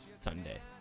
Sunday